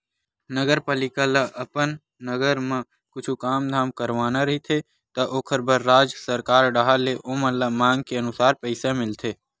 नगरपालिका ल अपन नगर म कुछु काम धाम करवाना रहिथे त ओखर बर राज सरकार डाहर ले ओमन ल मांग के अनुसार पइसा मिलथे